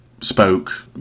spoke